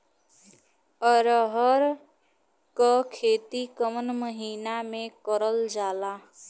अरहर क खेती कवन महिना मे करल जाला?